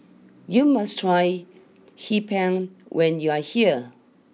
you must try Hee Pan when you are here